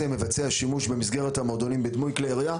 מבצע שימוש במסגרת המועדונים בדמוי כלי ירייה.